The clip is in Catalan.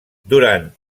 durant